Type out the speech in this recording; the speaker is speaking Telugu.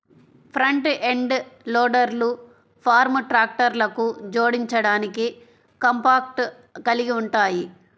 ఫ్రంట్ ఎండ్ లోడర్లు ఫార్మ్ ట్రాక్టర్లకు జోడించడానికి కాంపాక్ట్ కలిగి ఉంటాయి